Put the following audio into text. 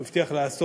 הוא הבטיח לעשות,